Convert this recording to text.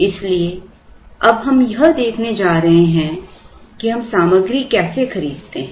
इसलिए अब हम यह देखने जा रहे हैं कि हम सामग्री कैसे खरीदते हैं